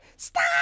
stop